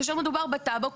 כאשר מדובר בטאבו,